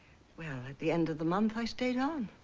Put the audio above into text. well at the end of the month i stayed on.